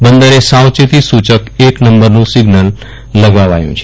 બંદરે સાવચેતી સુચક એક નંબરનું સિઝનલ લગાવાયુ છે